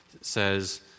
says